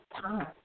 time